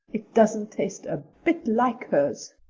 it doesn't taste a bit like hers.